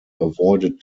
avoided